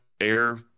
air